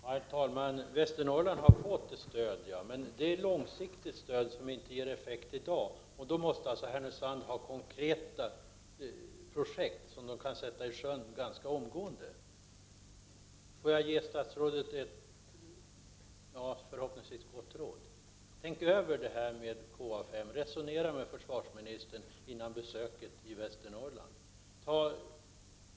Herr talman! Ja, Västernorrland har fått ett stöd, men det är ett långsiktigt stöd, som inte ger effekt i dag. Härnösand måste därför få konkreta projekt, som kan sättas i sjön ganska omgående, eller förhoppningsvis goda råd i det avseendet. Tänk över frågan om KA 5! Resonera med försvarsministern före besöket i Västernorrland!